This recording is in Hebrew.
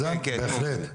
בהחלט.